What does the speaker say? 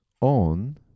on